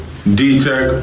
D-Tech